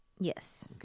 Yes